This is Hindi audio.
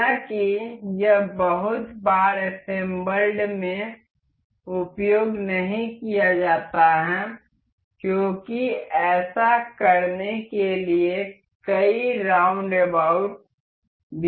हालांकि यह बहुत बार असेंबल्ड में उपयोग नहीं किया जाता है क्योंकि ऐसा करने के लिए कई राउंडअबाउट भी हैं